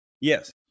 Yes